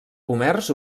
comerç